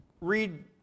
read